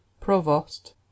provost